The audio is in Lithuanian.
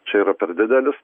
čia yra per didelis